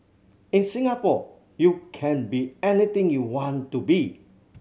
in Singapore you can be anything you want to be